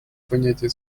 понятия